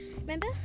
Remember